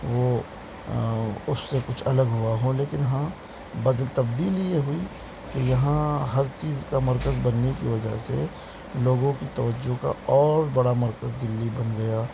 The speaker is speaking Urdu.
وہ اس سے کچھ الگ ہوا ہو لیکن ہاں بدل تبدیلی یہ ہوئی کہ یہاں ہر چیز کا مرکز بننے کی وجہ سے لوگوں کی توجہ کا اور بڑا مرکز دلی بن گیا